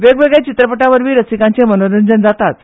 वेगवेगळया चित्रपटां वरवीं रसिकांचे मनोरंजन जाता